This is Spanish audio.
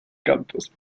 campos